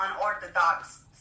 unorthodox